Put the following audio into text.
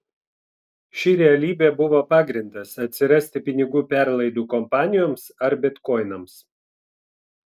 ši realybė buvo pagrindas atsirasti pinigų perlaidų kompanijoms ar bitkoinams